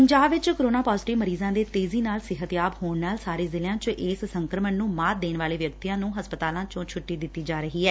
ਪੰਜਾਬ ਵਿੱਚ corona positive ਮਰੀਜਾਂ ਦੇ ਤੇਜੀ ਨਾਲ ਸਿਹਤਯਾਬ ਹੋਣ ਨਾਲ ਸਾਰੇ ਜਿਲ੍ਸਿਆਂ 'ਚ ਇਸ ਸੰਕਰਮਣ ਨੂੰ ਮਾਤ ਦੇਣ ਵਾਲੇ ਵਿਅਕਤੀਆਂ ਨੂੰ ਹਸਪਤਾਲਾਂ 'ਚੋਂ ਛੁੱਟੀ ਦਿੱਤੀ ਜਾ ਰਹੀ ਏ